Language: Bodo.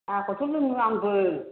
साहखौथ' लोङो आंबो